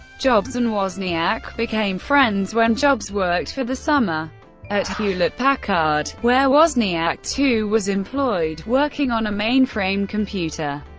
jobs and wozniak became friends when jobs worked for the summer at hewlett-packard, where wozniak too was employed, working on a mainframe computer.